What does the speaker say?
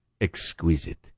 exquisite